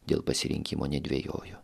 dėl pasirinkimo nedvejojo